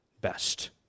best